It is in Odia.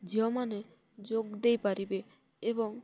ଝିଅ ମାନେ ଯୋଗ ଦେଇପାରିବେ ଏବଂ